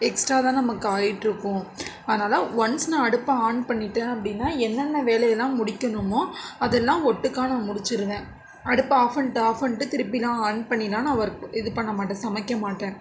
extra தான் நமக்கு ஆகிட்டு இருக்கும் அதனால் ஒன்ஸ் நான் அடுப்பை ஆன் பண்ணிட்டேன் அப்படினா என்னனென்ன வேலையெல்லாம் முடிக்கணுமோ அதெல்லாம் ஒட்டுக்கா நான் முடிச்சிடுவேன் அடுப்பை ஆஃப் பண்ணிட்டு ஆஃப் பண்ணிட்டு திருப்பில்லாம் ஆன் பண்ணிலாம் நான் ஒர்க் இது பண்ண மாட்டேன் சமைக்க மாட்டேன்